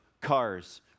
cars